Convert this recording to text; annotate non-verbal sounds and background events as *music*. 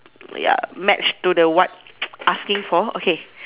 ya match to the what *noise* asking for okay